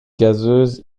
gazeuse